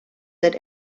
that